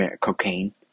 Cocaine